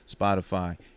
Spotify